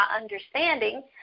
understanding